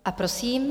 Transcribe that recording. A prosím.